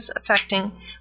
affecting